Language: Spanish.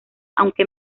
aunque